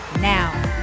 now